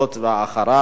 אחריו,